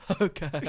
Okay